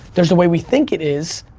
there's the way we think it is,